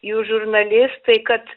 jūs žurnalistai kad